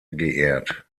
geehrt